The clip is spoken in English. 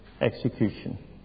execution